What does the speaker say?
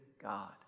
God